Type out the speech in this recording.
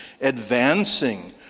Advancing